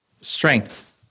Strength